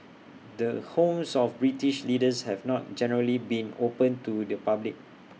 the homes of British leaders have not generally been open to the public